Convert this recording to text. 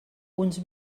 uns